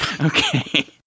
Okay